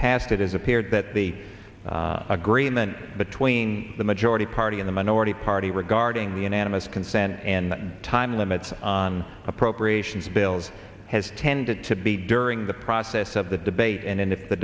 past it has appeared that the agreement between the majority party in the minority party regarding the unanimous consent and time limits on appropriations bills has tended to be during the process of the debate and in that the